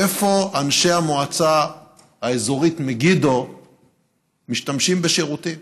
איפה אנשי המועצה האזורית מגידו משתמשים בשירותים,